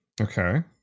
Okay